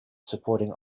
supporting